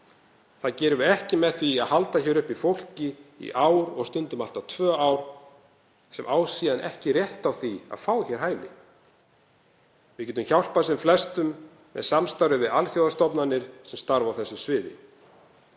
Það gerum við ekki með því að halda uppi fólki í ár, og stundum í allt að tvö ár, sem á síðan ekki rétt á því að fá hér hæli. Við getum hjálpað sem flestum með samstarfi við alþjóðastofnanir sem starfa á þessu sviði.